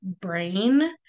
brain